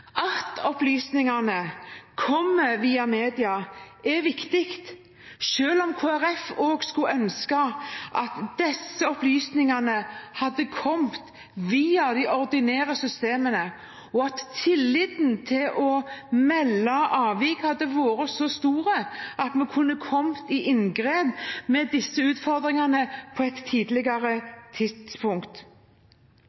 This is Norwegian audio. At opplysningene kommer via media, er viktig, selv om Kristelig Folkeparti skulle ønske at disse opplysningene hadde kommet via de ordinære systemene, og at tilliten til å melde avvik hadde vært så stor at vi kunne ha kommet i inngrep med disse utfordringene på et tidligere